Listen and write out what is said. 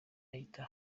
ahita